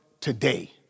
today